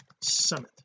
summit